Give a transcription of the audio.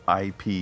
IP